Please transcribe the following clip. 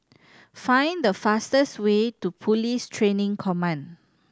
find the fastest way to Police Training Command